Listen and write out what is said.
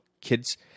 kids